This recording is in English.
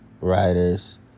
writers